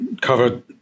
cover